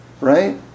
Right